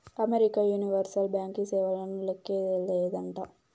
America universal బ్యాంకీ సేవలకు లేక్కే లేదంట